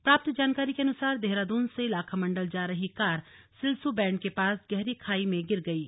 प्राप्त जानकारी के अनुसार देहरादून से लाखामंडल जा रही कार सिलसू बैंड के पास गहरी खाई में गिर गयी